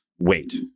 wait